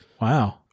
Wow